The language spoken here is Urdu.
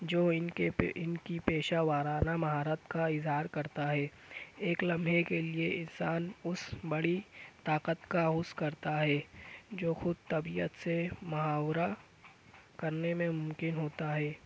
جو ان کے ان کی پیشہ وارانہ مہارت کا اظہار کرتا ہے ایک لمحے کے لیے انسان اس بڑی طاقت کا اس کرتا ہے جو خود طبیعت سے محاورہ کرنے میں ممکن ہوتا ہے